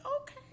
okay